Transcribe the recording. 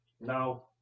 now